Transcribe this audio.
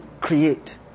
Create